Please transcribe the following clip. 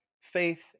faith